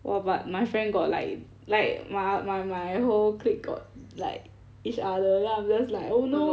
!wah! but my friend got like like my my my whole clique got like each other then I'm just like oh no